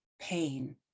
pain